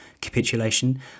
capitulation